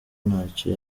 ntacyo